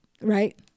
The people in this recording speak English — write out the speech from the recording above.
Right